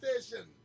station